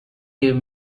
gave